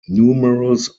numerous